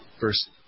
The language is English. first